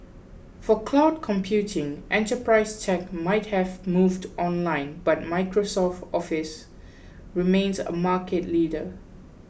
for cloud computing enterprise tech might have moved online but Microsoft's Office remains a market leader